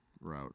route